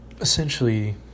essentially